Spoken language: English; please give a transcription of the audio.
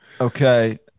Okay